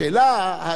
השאלה היא,